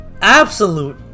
absolute